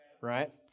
right